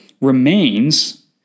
remains